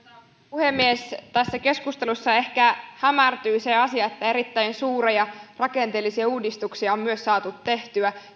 puhemies tässä keskustelussa ehkä hämärtyy se asia että erittäin suuria rakenteellisia uudistuksia on myös saatu tehtyä